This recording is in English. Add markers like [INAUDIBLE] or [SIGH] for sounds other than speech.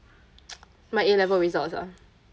[NOISE] my A level results ah